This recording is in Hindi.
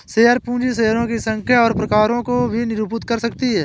शेयर पूंजी शेयरों की संख्या और प्रकारों को भी निरूपित कर सकती है